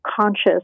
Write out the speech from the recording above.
conscious